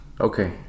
okay